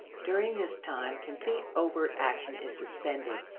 during this time complete overt action is suspended.